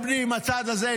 הצד הזה,